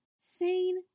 sane